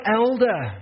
elder